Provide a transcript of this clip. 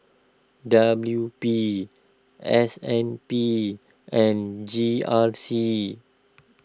W P S N B and G R C